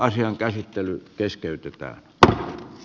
asian käsittely keskeytetään